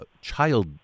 child